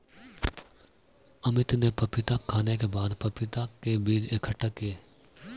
अमित ने पपीता खाने के बाद पपीता के बीज इकट्ठा किए